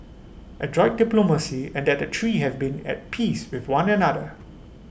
adroit diplomacy and that the three have been at peace with one another